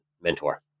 mentor